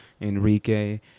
enrique